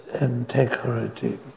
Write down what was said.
integrity